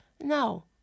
No